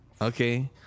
Okay